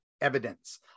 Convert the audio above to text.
evidence